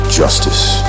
justice